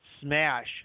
smash